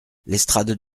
l’estrade